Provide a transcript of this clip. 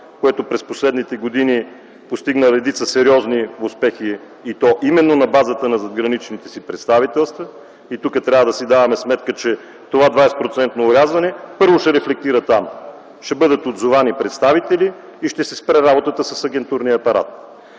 което през последните години постигна редица сериозни успехи и то именно на базата на задграничните си представителства. Тук трябва да си даваме сметка, че това 20 процентно орязване първо ще рефлектира там – ще бъдат отзовани представители и ще се спре работата с агентурния апарат.